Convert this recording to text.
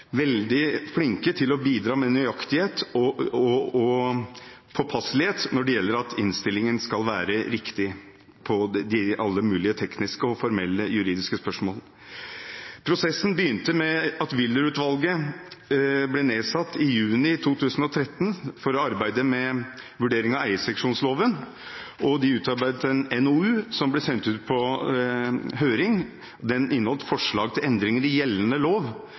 påpasselighet for at innstillingen skal være riktig i alle mulige tekniske og formelle juridiske spørsmål. Prosessen begynte med at Wyller-utvalget ble nedsatt i juni 2013 for å arbeide med en vurdering av eierseksjonsloven. De utarbeidet en NOU, som så ble sendt ut på høring. Den inneholdt forslag til endringer i gjeldende lov,